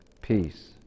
Peace